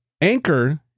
Anchor